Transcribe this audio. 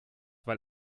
weil